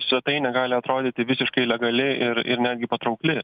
visa tai negali atrodyti visiškai legaliai ir ir ir netgi patraukli